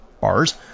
bars